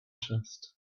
chest